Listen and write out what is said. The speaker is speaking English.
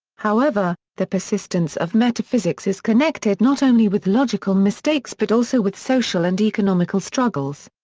however, the persistence of metaphysics is connected not only with logical mistakes but also with social and economical struggles.